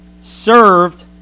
served